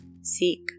Seek